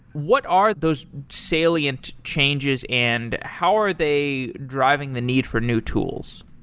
what are those salient changes and how are they driving the need for new tools?